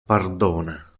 pardona